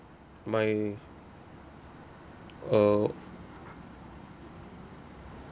my uh